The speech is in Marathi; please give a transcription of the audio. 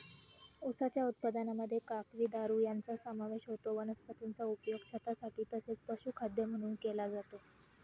उसाच्या उत्पादनामध्ये काकवी, दारू यांचा समावेश होतो वनस्पतीचा उपयोग छतासाठी तसेच पशुखाद्य म्हणून केला जातो